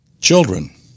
Children